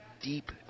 deep